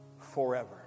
forever